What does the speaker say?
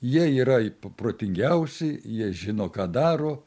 jie yra protingiausi jie žino ką daro